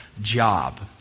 job